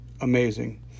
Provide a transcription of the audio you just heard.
amazing